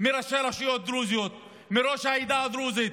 מראשי רשויות דרוזיות, מראש העדה הדרוזית.